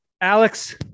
Alex